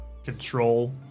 Control